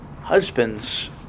Husbands